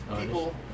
People